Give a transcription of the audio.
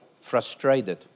frustrated